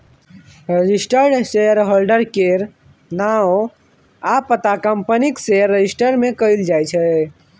registered shareholder केर नाओ आ पता कंपनीक शेयर रजिस्टर मे लिखल जाइ छै